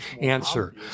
answer